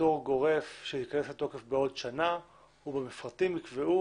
פטור גורף שייכנס לתוקף בעוד שנה ובמפרטים יקבעו